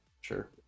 Sure